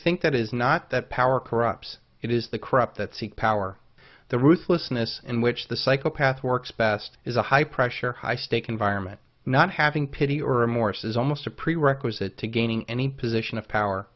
think that is not that power corrupts it is the corrupt that seek power the ruthlessness in which the psychopath works best is a high pressure high stakes environment not having pity or remorse is almost a prerequisite to gaining any position of power